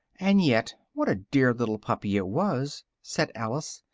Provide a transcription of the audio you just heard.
and yet what a dear little puppy it was! said alice,